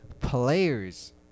players